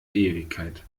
ewigkeit